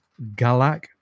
galak